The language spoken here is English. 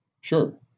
Sure